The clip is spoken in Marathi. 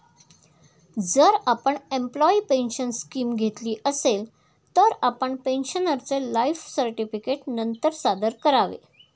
जर आपण एम्प्लॉयी पेन्शन स्कीम घेतली असेल, तर आपण पेन्शनरचे लाइफ सर्टिफिकेट नंतर सादर करावे